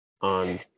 on